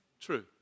True